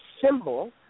symbol